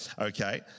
okay